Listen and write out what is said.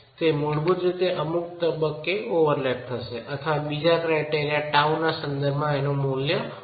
તે મૂળભૂત રીતે અમુક તબક્કે ઓવરલેપ થશે અથવા બીજા ક્રાયટેરિયા tau ના સંદર્ભમા મૂલ્ય ઊચું જાય છે